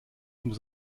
muss